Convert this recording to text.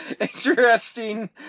interesting